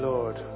Lord